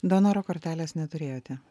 donoro kortelės neturėjote